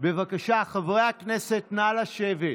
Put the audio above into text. בבקשה, חברי הכנסת, נא לשבת.